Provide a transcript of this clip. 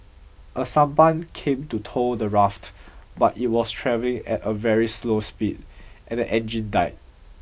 a sampan came to tow the raft but it was travelling at a very slow speed and the engine died